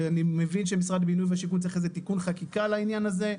ואני מבין שמשרד הבינוי והשיכון צריך תיקון חקיקה לעניין הזה,